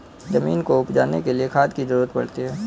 ज़मीन को उपजाने के लिए खाद की ज़रूरत पड़ती है